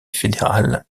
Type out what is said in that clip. fédérale